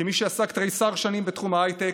כמי שעסק תריסר שנים בתחום ההייטק,